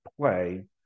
play